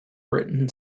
written